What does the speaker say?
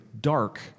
dark